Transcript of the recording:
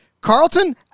Carlton